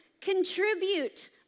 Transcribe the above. contribute